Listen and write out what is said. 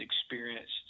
experienced